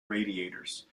radiators